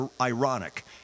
ironic